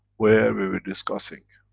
where we were discussing,